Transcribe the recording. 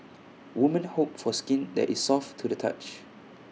woman hope for skin that is soft to the touch